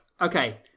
okay